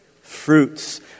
fruits